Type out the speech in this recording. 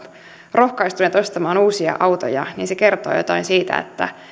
rohkaistuneet ostamaan uusia autoja niin se kertoo jotain siitä että